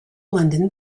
london